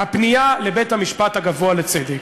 הפנייה לבית-המשפט הגבוה לצדק.